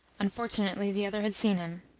unfortunately the other had seen him.